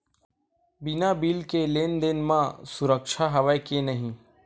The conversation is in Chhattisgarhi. बिना बिल के लेन देन म सुरक्षा हवय के नहीं?